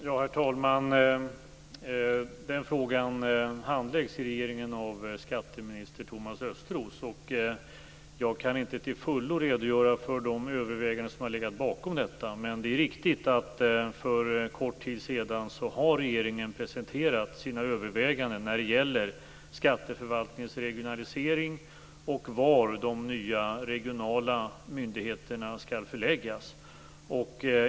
Herr talman! Den frågan handläggs i regeringen av skatteminister Thomas Östros, och jag kan inte till fullo redogöra för de överväganden som har legat bakom detta. Men det är riktigt att regeringen för kort tid sedan presenterade sina överväganden när det gäller skatteförvaltningens regionalisering och var de nya regionala myndigheterna skall förläggas.